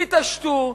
תתעשתו.